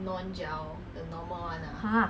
!huh!